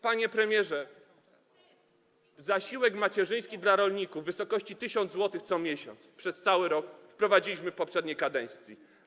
Panie premierze, zasiłek macierzyński dla rolników w wysokości 1000 zł co miesiąc, przez cały rok, wprowadziliśmy w poprzedniej kadencji.